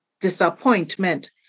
disappointment